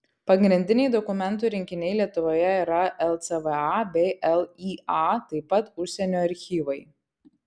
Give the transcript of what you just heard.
pagrindiniai dokumentų rinkiniai lietuvoje yra lcva bei lya taip pat užsienio archyvai